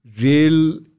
real